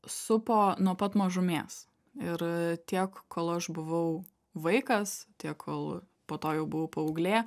supo nuo pat mažumės ir tiek kol aš buvau vaikas tiek kol po to jau buvau paauglė